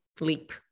leap